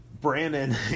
Brandon